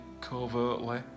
covertly